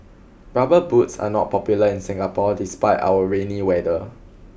rubber boots are not popular in Singapore despite our rainy weather